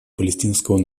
палестинского